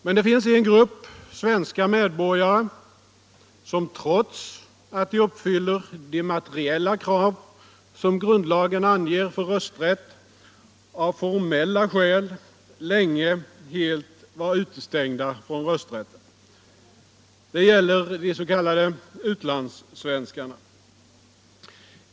Men det finns en grupp svenska medborgare som — trots att de uppfyller de materiella krav som grundlagen anger för rösträtt — av formella skäl länge helt var utestängda från rösträtten. Det gäller de s.k. utlandssvenskarna.